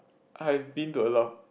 I've been to a lot of